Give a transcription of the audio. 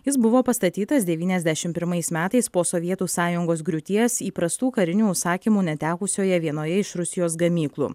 jis buvo pastatytas devyniasdešim pirmais metais po sovietų sąjungos griūties įprastų karinių užsakymų netekusioje vienoje iš rusijos gamyklų